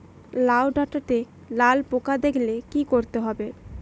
লাউ ডাটাতে লাল পোকা দেখালে কি করতে হবে?